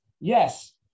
yes